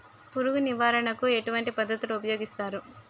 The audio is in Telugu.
పురుగు నివారణ కు ఎటువంటి పద్ధతులు ఊపయోగిస్తారు?